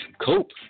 cope